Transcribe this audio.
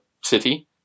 city